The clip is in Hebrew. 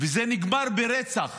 וזה נגמר ברצח